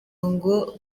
ngo